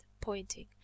pointing